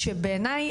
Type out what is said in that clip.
כשבעניי,